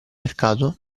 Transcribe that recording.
mercato